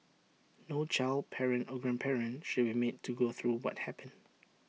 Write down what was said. no child parent or grandparent should be made to go through what happened